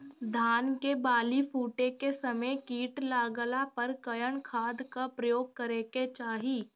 धान के बाली फूटे के समय कीट लागला पर कउन खाद क प्रयोग करे के चाही?